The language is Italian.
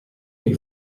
hai